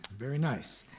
very nice.